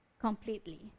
completely